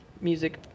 music